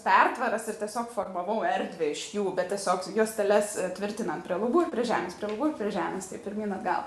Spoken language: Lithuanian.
pertvaras ir tiesiog formavau erdvę iš jų tiesiog juosteles tvirtinant prie lubų ir prie žemės prie lubų ir prie žemės taip pirmyn atgal